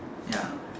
ya